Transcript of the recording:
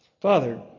Father